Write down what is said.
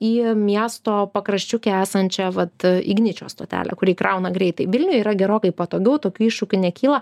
į miesto pakraščiuke esančią vat igničio stotelę kuri įkrauna greitai vilniuj yra gerokai patogiau tokių iššūkių nekyla